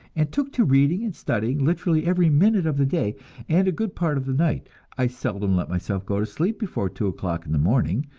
and took to reading and studying literally every minute of the day and a good part of the night. i seldom let myself go to sleep before two o'clock in the morning,